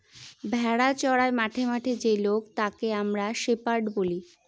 ভেড়া চোরাই মাঠে মাঠে যে লোক তাকে আমরা শেপার্ড বলি